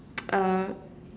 uh